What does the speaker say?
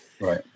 right